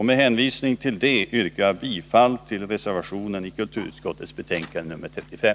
Med hänvisning till vad jag nu anfört yrkar jag bifall till reservationen vid kulturutskottets betänkande nr 35.